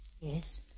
Yes